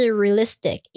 realistic